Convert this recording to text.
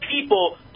people